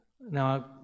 now